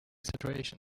situation